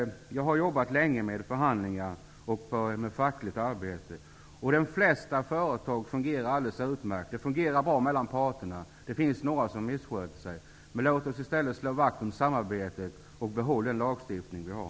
Jag har hållit på länge med fackligt arbete. På de flesta företag fungerar samarbetet väldigt bra mellan parterna -- det finns kanske några företag som missköter sig. Låt oss i stället slå vakt om samarbetet och behålla den lagstiftning som vi har.